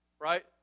right